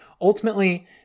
ultimately